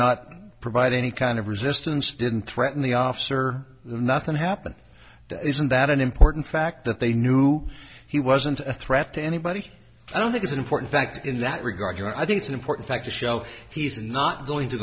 not provide any kind of resistance didn't threaten the officer nothing happened isn't that an important fact that they knew he wasn't a threat to anybody i don't think it's an important fact in that regard and i think it's an important fact to show he's not going to